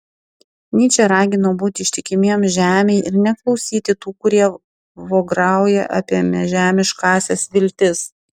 nyčė ragino būti ištikimiems žemei ir neklausyti tų kurie vograuja apie nežemiškąsias viltis